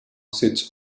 sits